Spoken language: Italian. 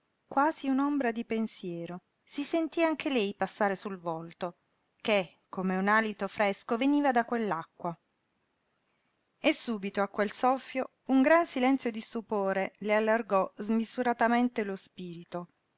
quasi un'ombra di pensiero si sentí anche lei passare sul volto che come un alito fresco veniva da quell'acqua e subito a quel soffio un gran silenzio di stupore le allargò smisuratamente lo spirito